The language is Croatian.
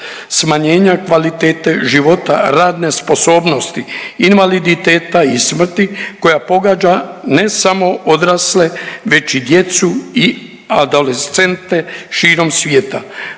smanjenja kvalitete života, radne sposobnosti, invaliditeta i smrti koja pogađa ne samo odrasle već i djecu i adolescente širom svijeta.